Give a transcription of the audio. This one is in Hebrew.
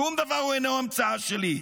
שום דבר אינו המצאה שלי.